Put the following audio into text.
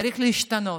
צריך להשתנות,